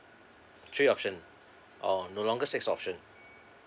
three option oh no longer six option